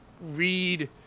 read –